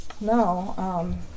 No